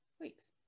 weeks